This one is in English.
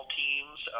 teams